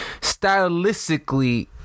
stylistically